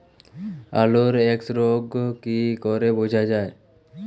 আলুর এক্সরোগ কি করে বোঝা যায়?